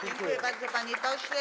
Dziękuję bardzo, panie pośle.